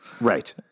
Right